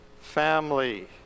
family